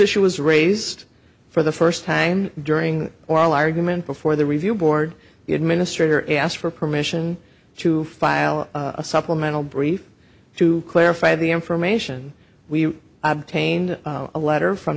issue was raised for the first time during oral argument before the review board the administrator asked for permission to file a supplemental brief to clarify the information we obtained a letter from